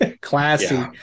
classy